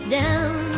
down